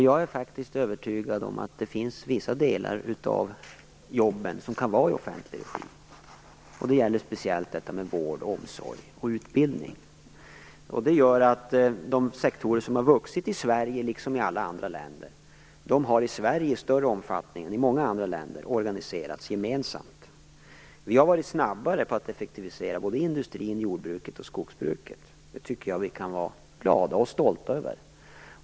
Jag är faktiskt övertygad om att det finns vissa jobb som kan utföras i offentlig regi. Det gäller speciellt vård, omsorg och utbildning. Det gör att de sektorer som vuxit i Sverige, liksom i alla andra länder, här har organiserats gemensamt i större omfattning än i många andra länder. Vi har varit snabbare på att effektivisera såväl industrin som jordbruket och skogsbruket. Det tycker jag att vi kan vara glada och stolta över.